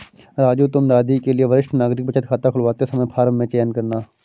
राजू तुम दादी के लिए वरिष्ठ नागरिक बचत खाता खुलवाते समय फॉर्म में चयन करना